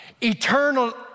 eternal